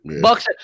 Bucks